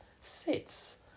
sits